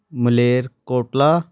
Maler Kotla